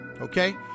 Okay